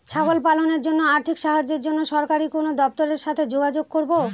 ছাগল পালনের জন্য আর্থিক সাহায্যের জন্য সরকারি কোন দপ্তরের সাথে যোগাযোগ করব?